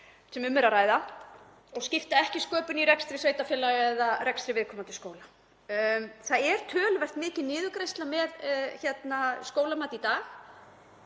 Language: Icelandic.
sem um er að ræða og skipta ekki sköpum í rekstri sveitarfélaga eða rekstri viðkomandi skóla. Það er töluvert mikil niðurgreiðsla á skólamat í dag.